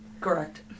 correct